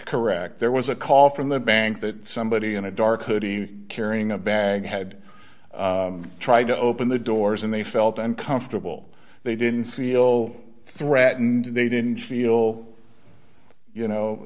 correct there was a call from the bank that somebody in a dark hoodie carrying a bag had tried to open the doors and they felt uncomfortable they didn't feel threatened they didn't feel you know